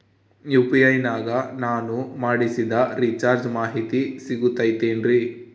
UPI ನಾಗ ನಾನು ಮಾಡಿಸಿದ ರಿಚಾರ್ಜ್ ಮಾಹಿತಿ ಸಿಗುತೈತೇನ್ರಿ?